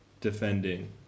defending